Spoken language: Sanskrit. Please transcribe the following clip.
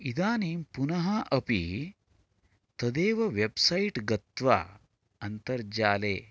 इदानीं पुनः अपि तदेव वेब्सैट् गत्वा अन्तर्जाले